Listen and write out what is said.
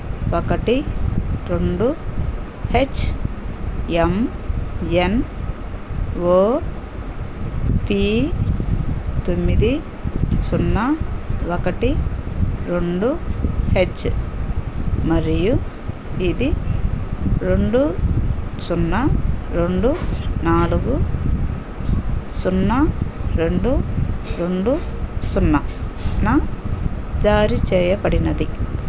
ఒకటి రెండు H M N O P తొమ్మిది సున్నా ఒకటి రెండు హెచ్ మరియు ఇది రెండు సున్నా రెండు నాలుగు సున్నా రెండు రెండు సున్నాన జారీ చేయబడినది